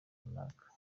runaka